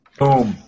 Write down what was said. Boom